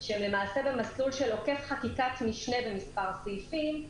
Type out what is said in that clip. שהם למעשה במסלול של עוקף חקיקת משנה במספר סעיפים,